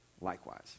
likewise